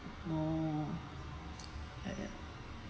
no like that